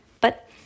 But